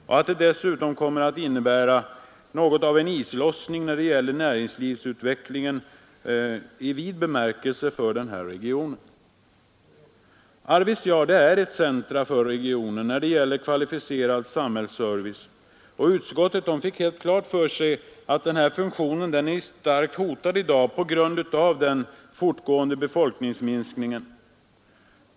Det Torsdagen den kommer dessutom att innebära något av en islossning när det gäller 13 december 1973 näringslivsutvecklingen i vid bemärkelse för regionen. ——— Arvidsjaur är ett centrum för regionen när det gäller kvalificerad samhällsservice. Utskottet fick helt klart för sig att denna funktion i dag är starkt hotad på grund av den fortgående befolkningsminskningen.